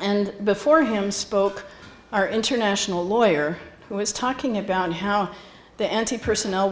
and before him spoke our international lawyer was talking about how the n t personnel